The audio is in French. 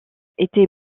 était